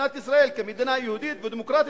למדינת ישראל כמדינה יהודית ודמוקרטית,